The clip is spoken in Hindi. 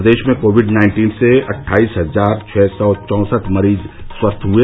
प्रदेश में कोविड नाइन्टीन से अट्ठाईस हजार छः सौ चौसठ मरीज स्वस्थ हुए